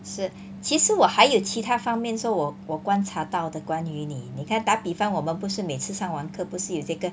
是其实我还有其他方面说我我观察到的关于你你看打比分我们不是每次上完课不是有这个